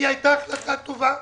היא הייתה החלטה טובה,